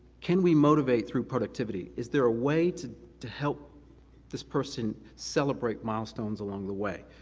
can we motivate through productivity? is there a way to to help this person celebrate milestones along the way?